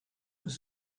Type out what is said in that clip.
was